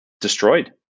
destroyed